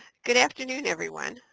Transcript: good afternoon everyone,